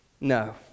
No